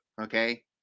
okay